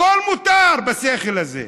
הכול מותר בשכל הזה.